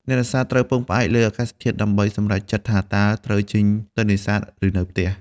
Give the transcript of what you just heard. អ្នកនេសាទត្រូវពឹងផ្អែកលើ អាកាសធាតុ ដើម្បីសម្រេចចិត្តថាតើត្រូវចេញទៅនេសាទឬនៅផ្ទះ។